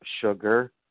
sugar